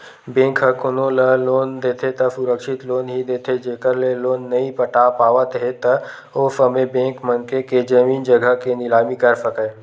bank ह कोनो ल लोन देथे त सुरक्छित लोन ही देथे जेखर ले लोन नइ पटा पावत हे त ओ समे बेंक मनखे के जमीन जघा के निलामी कर सकय